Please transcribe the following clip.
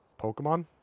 Pokemon